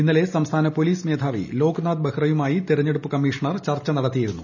ഇന്നലെ സംസ്ഥാന പോലീസ്റ് ്മേധാവി ലോക്നാഥ് ബെഹ്റയുമായി തെരഞ്ഞെടുപ്പ് കമ്മൂീഷണ്ർ ചർച്ച നടത്തിയിരുന്നു